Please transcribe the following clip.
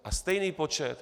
A stejný počet...